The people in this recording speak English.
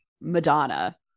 madonna